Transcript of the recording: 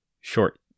short